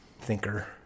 thinker